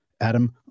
Adam